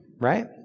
right